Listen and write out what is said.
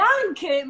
anche